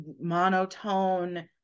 monotone